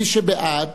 מי שבעד